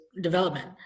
development